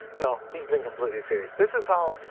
no, he's been completely serious. this is how,